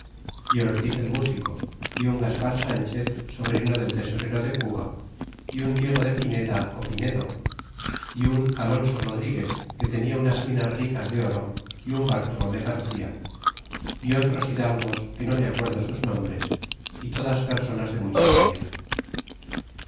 y ortiz el músico y un gaspar sanchez sobrino del tesorero de cuba y un diego de pineda ó pinedo y un alonso rodriguez que tenia unas minas ricas de oro y un bartolome garcía y otros hidalgos que no me acuerdo sus nombres y todas persa das de mucha valía